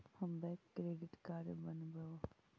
हम bank credit card बनैवो?